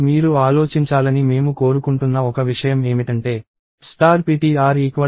మీరు ఆలోచించాలని మేము కోరుకుంటున్న ఒక విషయం ఏమిటంటే ptrptr1 ఏమి చేస్తుంది